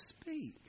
speak